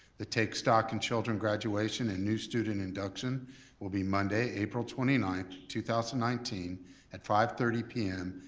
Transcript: the take stock in children graduation and new student induction will be monday, april twenty ninth, two thousand and nineteen at five thirty p m.